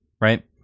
right